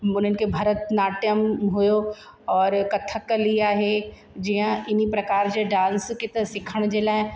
उन्हनि खे भरतनाट्यम हुयो और कथककली आहे जीअं इन प्रकार जे डांस खे त सिखण जे लाइ